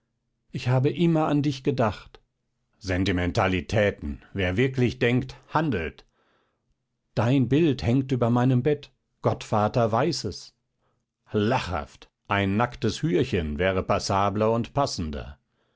ich habe immer an dich gedacht sentmetalitäten wer wirklich denkt handelt dein bild hängt über meinem bett gottvater weiß es lachhaft ein nacktes hürchen wäre passabler und passender